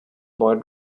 boy